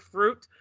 Fruit